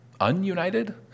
ununited